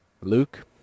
Luke